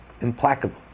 implacable